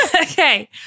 Okay